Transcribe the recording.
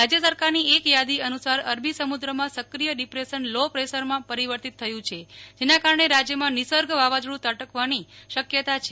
રાજ્ય સરકારની એક થાદી અનુસાર અરબી સમુદ્રમાં સક્રિય ડિપ્રેશન લો પ્રેશરમાં પરિવર્તિત થયુ છે જેના કારણે રાજ્યમાં નિસર્ગ વાવાઝોડુ ત્રાટકવાની શક્યતા છે